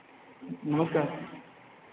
नमस्कार